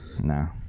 No